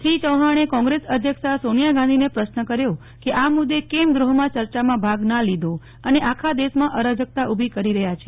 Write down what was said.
શ્રી ચૌહાણે કોગ્રેશ અધ્યક્ષા સોનિયા ગાંધીને પ્રશ્ન કર્યો કે આ મુદે ગુહમાં ચર્ચામાં ભાગ નાં લીધો અને આખા દેશમાં અરાજકતા ઉભી કરી રહ્યા છે